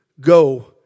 go